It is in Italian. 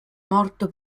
morto